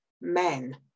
men